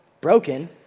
broken